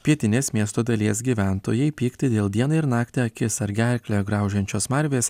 pietinės miesto dalies gyventojai pyktį dėl dieną ir naktį akis ar gerklę graužiančios smarvės